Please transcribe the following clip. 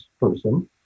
person